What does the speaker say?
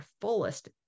fullest